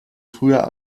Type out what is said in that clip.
früher